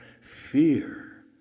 fear